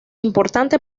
importante